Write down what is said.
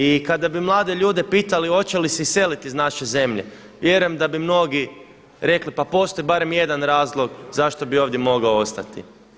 I kada bi mlade ljude pitali hoće li se iseliti iz naše zemlje, vjerujem da bi mnogi rekli pa postoji barem jedan razlog zašto bi ovdje mogao ostati.